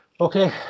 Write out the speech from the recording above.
Okay